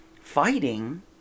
fighting